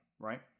right